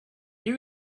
you